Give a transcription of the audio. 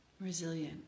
Resilient